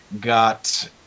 got